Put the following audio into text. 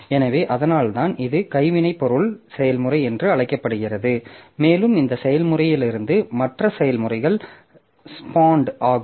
எனவே அதனால்தான் இது கைவினைப்பொருள் செயல்முறை என்று அழைக்கப்படுகிறது மேலும் இந்த செயல்முறையிலிருந்து மற்ற செயல்முறைகள் ஸ்பான்ட் ஆகும்